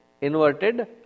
inverted